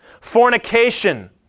Fornication